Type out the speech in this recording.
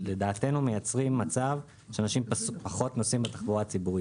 מייצרים מצב שאנשים נוסעים פחות בתחבורה הציבורית.